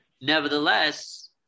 Nevertheless